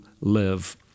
live